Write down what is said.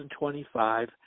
2025